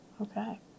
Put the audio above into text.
Okay